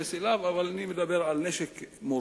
אתייחס גם אליו, אבל אני מדבר על נשק מורשה,